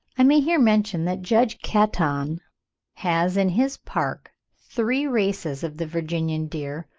i may here mention that judge caton has in his park three races of the virginian deer,